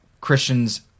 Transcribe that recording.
Christians